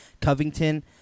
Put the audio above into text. Covington